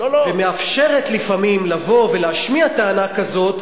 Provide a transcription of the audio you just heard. ומאפשרת לפעמים לבוא ולהשמיע טענה כזאת,